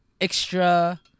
extra